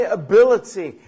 ability